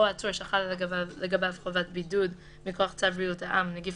או עצור שחלה לגביו חובת בידוד מכוח צו בריאות העם (נגיף